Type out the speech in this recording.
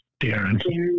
Darren